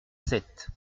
sept